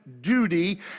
duty